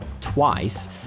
twice